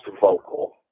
vocal